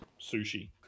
Sushi